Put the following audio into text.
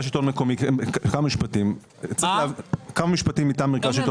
כמה משפטים מטעם מרכז השלטון